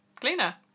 Cleaner